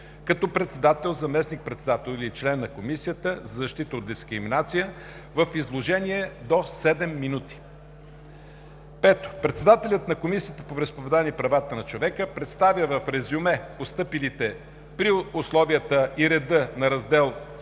като председател, заместник-председател или член на Комисията за защита от дискриминация в изложение до седем минути. 5. Председателят на Комисията по вероизповеданията и правата на човека представя в резюме постъпилите, при условията и реда на Раздел